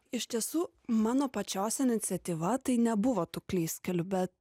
iš tiesų mano pačios iniciatyva tai nebuvo tų klystkelių bet